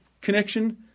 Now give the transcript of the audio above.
connection